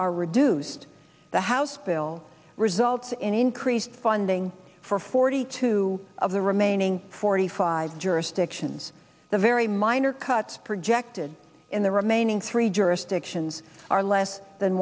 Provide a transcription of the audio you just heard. are reduced the house bill results and increased funding for forty two of the remaining forty five jurisdictions the very minor cuts projected in the remaining three jurisdictions are less than